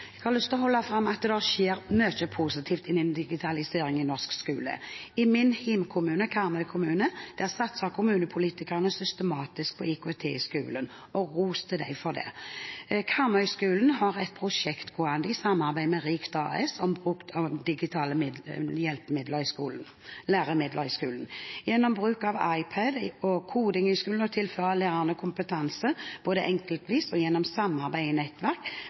Jeg har lyst til å holde fram at det skjer mye positivt innen digitalisering i norsk skole. I min hjemkommune, Karmøy kommune, satser kommunepolitikerne systematisk på IKT i skolen – og ros til dem for det. Karmøy-skolen har et prosjekt gående i samarbeid med Rikt AS om digitale læremidler i skolen. Gjennom bruk av iPad og koding i skolen og det å tilføre lærerne kompetanse, både enkeltvis og gjennom samarbeid i nettverk